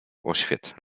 oświet